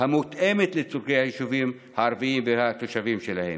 המותאמת לצורכי היישובים הערביים והתושבים שלהם,